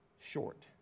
short